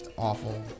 Awful